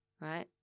right